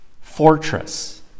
fortress